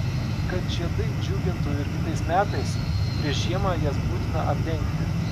kad žiedai džiugintų ir kitais metais prieš žiemą jas būtina apdengti